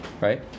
right